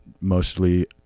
mostly